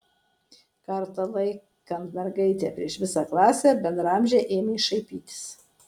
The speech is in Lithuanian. kartą laikant mergaitę prieš visą klasę bendraamžiai ėmė šaipytis